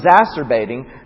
exacerbating